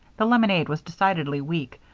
the lemonade was decidedly weak,